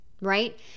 Right